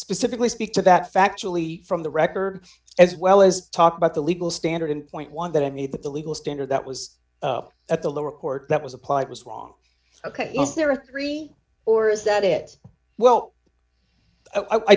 specifically speak to that factually from the record as well as talk about the legal standard in point one that i made that the legal standard that was at the lower court that was applied was wrong ok yes there are three or is that it well i